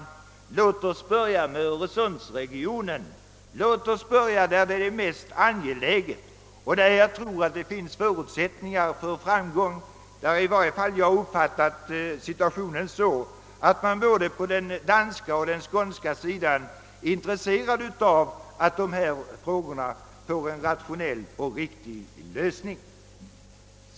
Låt oss börja där det är som mest angeläget och där det finns förutsättningar för framgång! Låt oss börja med Öresundsregionen! I varje fall har jag uppfattat situationen så, att man både på den danska och på den skånska sidan är intresserad av att dessa frågor får en rationell och riktig lösning.